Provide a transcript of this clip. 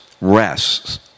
rests